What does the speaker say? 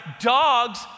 dogs